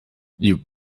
you